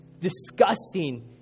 disgusting